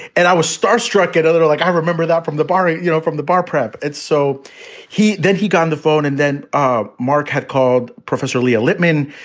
and i was star struck at other like i remember that from the bar, you know, from the bar prep it. so he then he got on the phone and then ah mark had called professor leo lippman,